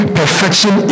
perfection